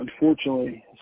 unfortunately